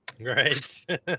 Right